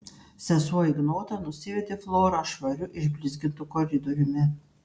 sesuo ignota nusivedė florą švariu išblizgintu koridoriumi